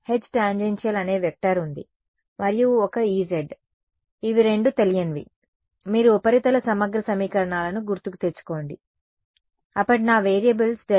H tangential అనే vector ఉంది మరియు ఒక Ez ఇవి రెండు తెలియనివి మీరు ఉపరితల సమగ్ర సమీకరణాలను గుర్తుకు తెచ్చుకోండి అప్పటి నా వేరియబుల్స్ ∇ϕ